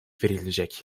verilecek